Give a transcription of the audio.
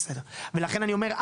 ולכן אני אומר,